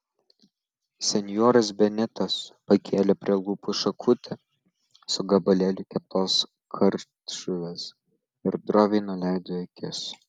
senjoras benitas pakėlė prie lūpų šakutę su gabalėliu keptos kardžuvės ir droviai nuleido akis